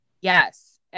Yes